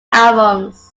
albums